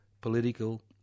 political